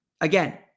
Again